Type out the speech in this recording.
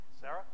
Sarah